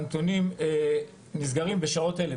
הנתונים נסגרים בשעות אלה,